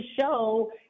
show